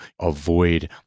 avoid